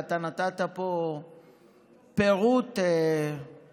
ואתה נתת פה פירוט מוגזם